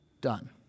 done